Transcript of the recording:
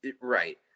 Right